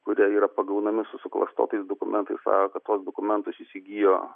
kurie yra pagaunami su suklastotais dokumentais sako kad tuos dokumentus įsigijo